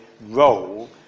role